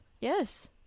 Yes